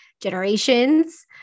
generations